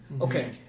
Okay